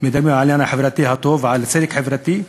מדברים על העניין החברתי הטוב ועל צדק חברתי,